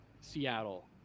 seattle